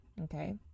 okay